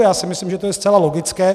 Já si myslím, že je to zcela logické.